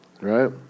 Right